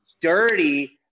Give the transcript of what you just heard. dirty